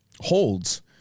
holds